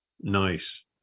Nice